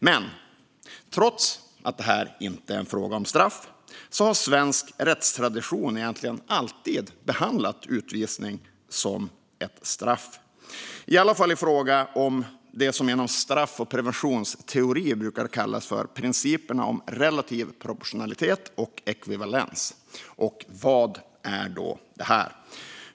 Men trots att det här inte är en fråga om straff har svensk rättstradition egentligen alltid behandlat utvisning som ett straff, i alla fall i fråga om det som genom straff och preventionsteori brukar kallas för principerna om relativ proportionalitet och ekvivalens. Vad är då det?